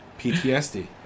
PTSD